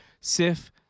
Sif